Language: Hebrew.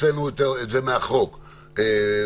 הוצאנו את זה מהחוק בקנסות,